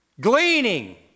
gleaning